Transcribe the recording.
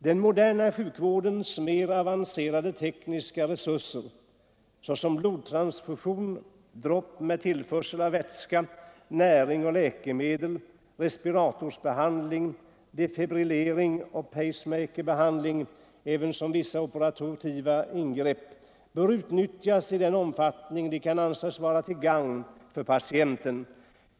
Den moderna sjukvårdens mer avancerade tekniska resurser — såsom blodtransfusion, dropp med tillförsel av vätska, näring och läkemedel, respiratorbehandling, defibrillering och pace-maker-behandling ävensom vissa operativa ingrepp — bör utnyttjas i den omfattning de kan anses vara till gagn för patienten.